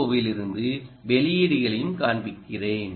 ஓவிலிருந்து வெளியீடுகளையும் காண்பிக்கிறேன்